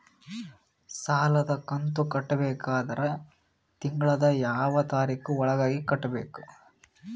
ಸಾಲದ ಕಂತು ಕಟ್ಟಬೇಕಾದರ ತಿಂಗಳದ ಯಾವ ತಾರೀಖ ಒಳಗಾಗಿ ಕಟ್ಟಬೇಕು?